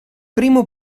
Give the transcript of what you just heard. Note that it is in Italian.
primo